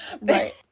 Right